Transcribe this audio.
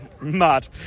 Mad